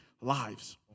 lives